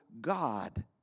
God